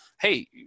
Hey